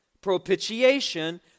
propitiation